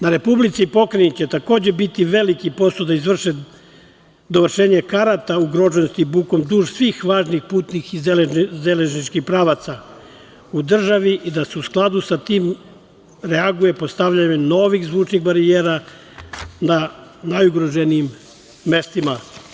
Na Republici i pokrajini će takođe biti veliki posao da izvrše dovršenje karata ugroženosti bukom duž svih važnih putnih i železničkih pravaca u državi i da se u skladu sa tim reaguje postavljanjem novih zvučnih barijera na najugroženijim mestima.